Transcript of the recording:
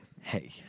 hey